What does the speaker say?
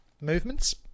movements